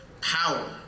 power